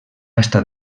estat